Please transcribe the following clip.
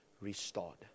restored